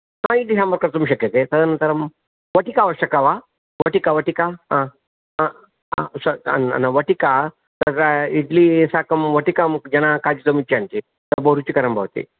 आम् इड्लि साम्बार् कर्तुं शक्यते तदनन्तरं वटिका आवश्यका वा वटिका वटिका न न वटिका तत्र इड्लि साकं वटिकां जनाः खादितुमिच्छन्ति सा बहु रुचिकरं भवति